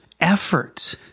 effort